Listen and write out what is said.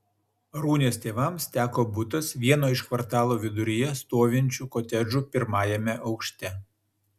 arūnės tėvams teko butas vieno iš kvartalo viduryje stovinčių kotedžų pirmajame aukšte